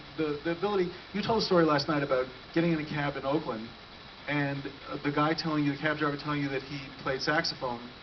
the ability. you told a story last night about getting in a cab in oakland and the guy telling you the cab driver telling you that he played saxophone,